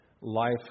Life